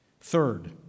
Third